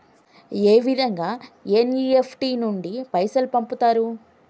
ఏ విధంగా ఎన్.ఇ.ఎఫ్.టి నుండి పైసలు పంపుతరు?